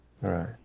Right